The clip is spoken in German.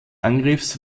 angriffs